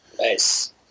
Nice